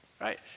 Right